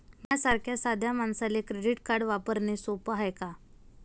माह्या सारख्या साध्या मानसाले क्रेडिट कार्ड वापरने सोपं हाय का?